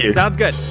yeah sounds good.